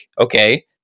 okay